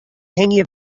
hingje